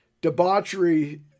debauchery